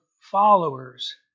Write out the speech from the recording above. followers